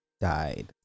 died